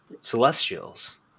celestials